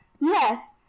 yes